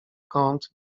kąt